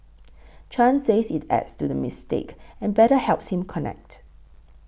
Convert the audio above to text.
Chan says it adds to the mystique and better helps him connect